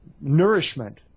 nourishment